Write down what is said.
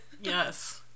Yes